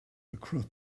across